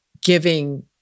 giving